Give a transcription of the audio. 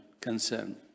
concern